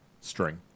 string